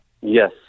Yes